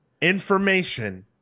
information